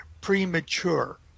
premature